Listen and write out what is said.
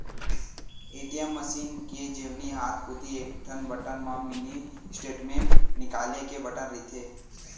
ATM machine के जेवनी हाथ कोती एकठन बटन म मिनी स्टेटमेंट निकाले के बटन रहिथे